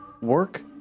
work